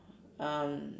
um